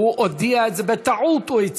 הוא נמצא והצביע?